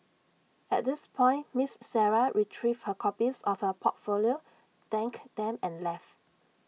at this point miss Sarah retrieved her copies of her portfolio thanked them and left